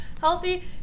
healthy